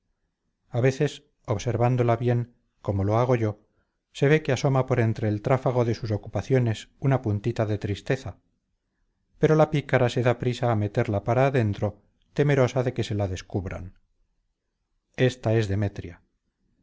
a veces observándola bien como lo hago yo se ve que asoma por entre el tráfago de sus ocupaciones una puntita de tristeza pero la pícara se da prisa a meterla para adentro temerosa de que se la descubran esta es demetria